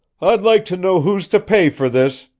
i'd like to know who's to pay for this!